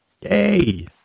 Yay